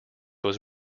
was